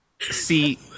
See